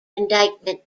indictment